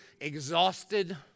exhausted